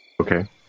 Okay